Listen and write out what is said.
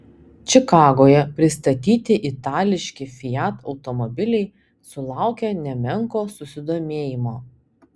čikagoje pristatyti itališki fiat automobiliai sulaukė nemenko susidomėjimo